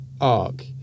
arc